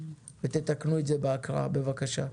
תתקנו את זה בהקראה בבקשה.